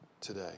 today